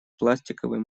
пластиковые